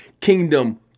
kingdom